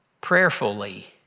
prayerfully